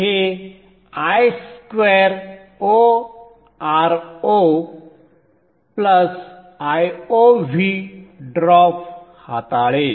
हे I2oRoIoV drop हाताळेल